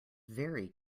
very